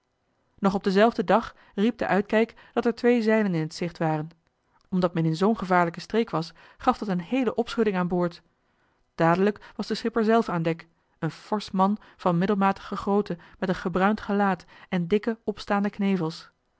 nog op denzelfden dag riep de uitkijk dat er twee zeilen in t zicht waren omdat men in zoo'n gevaarlijke streek was gaf dat een heele opschudding aan boord dadelijk was de schipper zelf aan dek een forsch man van middelmatige grootte met een gebruind gelaat en dikke opstaande knevels